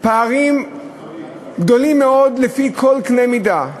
פערים גדולים מאוד לפי כל קנה מידה.